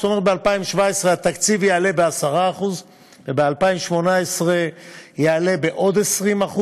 זאת אומרת שב-2017 התקציב יעלה ב-10% וב-2018 הוא יעלה עוד ב-20%,